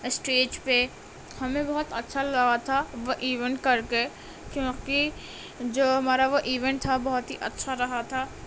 stage پہ ہمیں بہت اچھا لگا تھا وہ ایونٹ کر کے کیونکہ جو ہمارا وہ ایونٹ تھا بہت ہی اچھا رہا تھا